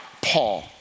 Paul